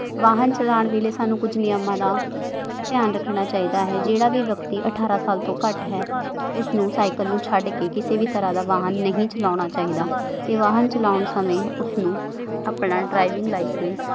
ਵਾਹਨ ਚਲਾਉਣ ਵੇਲੇ ਸਾਨੂੰ ਕੁਝ ਨਿਯਮਾਂ ਦਾ ਧਿਆਨ ਰੱਖਣਾ ਚਾਹੀਦਾ ਹੈ ਜਿਹੜਾ ਵੀ ਵਿਅਕਤੀ ਅਠਾਰਾਂ ਸਾਲ ਤੋਂ ਘੱਟ ਹੈ ਉਸਨੂੰ ਸਾਈਕਲ ਨੂੰ ਛੱਡ ਕੇ ਕਿਸੇ ਵੀ ਤਰ੍ਹਾਂ ਦਾ ਵਾਹਨ ਨਹੀਂ ਚਲਾਉਣਾ ਚਾਹੀਦਾ ਅਤੇ ਵਾਹਨ ਚਲਾਉਣ ਸਮੇਂ ਉਸਨੂੰ ਆਪਣਾ ਡਰਾਈਵਿੰਗ ਲਾਈਸੈਂਸ